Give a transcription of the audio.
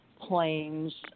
planes